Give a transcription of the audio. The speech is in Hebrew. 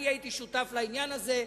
אני הייתי שותף לעניין הזה,